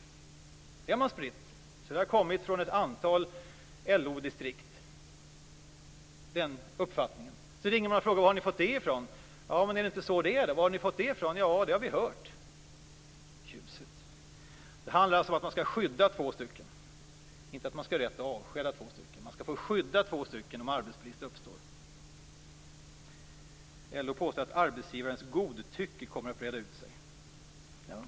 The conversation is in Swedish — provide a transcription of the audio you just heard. Det har man spritt, och den uppfattningen har kommit från ett antal LO-distrikt. När man ringer och frågar var de har fått detta ifrån, säger de: Men är det inte så det är? Det har vi hört. Tjusigt! Det handlar alltså om att man skall skydda två personer, inte att man skall ha rätt att avskeda två personer. Man skall få skydda två personer om arbetsbrist uppstår. LO påstår att arbetsgivarens godtycke kommer att breda ut sig.